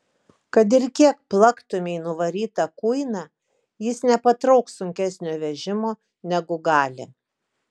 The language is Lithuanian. kad ir kiek plaktumei nuvarytą kuiną jis nepatrauks sunkesnio vežimo negu gali